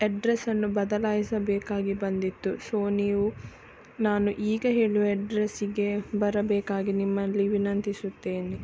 ಎಡ್ರಸ್ಸನ್ನು ಬದಲಾಯಿಸಬೇಕಾಗಿ ಬಂದಿತ್ತು ಸೊ ನೀವು ನಾನು ಈಗ ಹೇಳುವ ಎಡ್ರಸ್ಸಿಗೆ ಬರಬೇಕಾಗಿ ನಿಮ್ಮಲ್ಲಿ ವಿನಂತಿಸುತ್ತೇನೆ